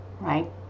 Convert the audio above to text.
Right